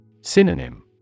Synonym